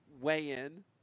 weigh-in